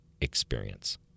experience